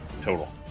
Total